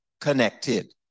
connected